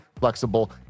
flexible